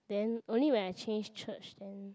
then only when I change church then